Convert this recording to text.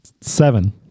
Seven